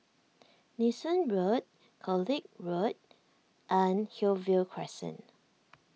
Nee Soon Road College Road and Hillview Crescent